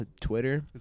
Twitter